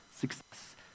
Success